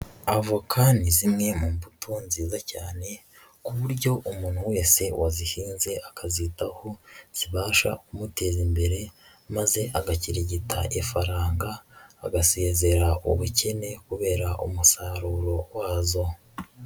Avoka ni zimwe mu mbuto nziza cyane ku buryo umuntu wese wazihinze akazitaho zibasha kumuteza imbere maze agakirigita ifaranga agasezera ubukene kubera umusaruro wazo.